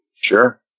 Sure